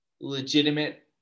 legitimate